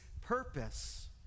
purpose